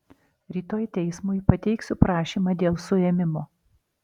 rytoj teismui pateiksiu prašymą dėl suėmimo